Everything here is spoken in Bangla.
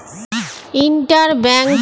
ইন্টার ব্যাংক ফান্ড ট্রান্সফার কি?